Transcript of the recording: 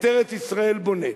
את ארץ-ישראל בונה.